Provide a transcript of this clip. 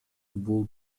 бул